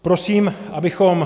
Prosím, abychom